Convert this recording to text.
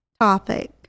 topic